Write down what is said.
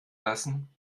lassen